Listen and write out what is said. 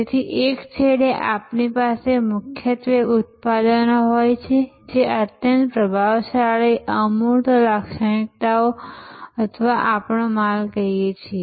તેથી એક છેડે આપણી પાસે મુખ્યત્વે ઉત્પાદનો હોય છે જે અત્યંત પ્રભાવશાળી અમૂર્ત લાક્ષણિકતાઓ અથવા આપણે માલ કહીએ છીએ